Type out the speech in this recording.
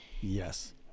Yes